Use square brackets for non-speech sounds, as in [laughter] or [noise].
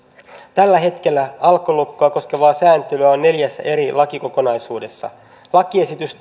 tällä hetkellä alkolukkoa koskevaa sääntelyä on neljässä eri lakikokonaisuudessa lakiesitys [unintelligible]